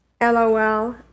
LOL